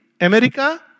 America